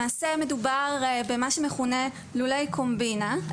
למעשה מדובר במה שמכונה לולי קומבינה,